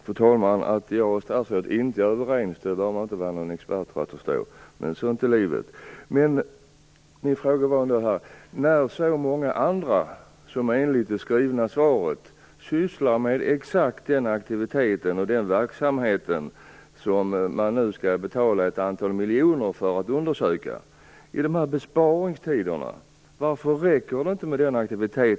Fru talman! Man behöver inte vara någon expert för att förstå att jag och statsrådet inte är överens. Men sånt är livet. Enligt det skrivna svaret sysslar många andra med arbete som berör exakt den aktivitet och den verksamhet som man nu skall betala ett antal miljoner för att undersöka. Varför räcker det då inte med detta?